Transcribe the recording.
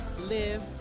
live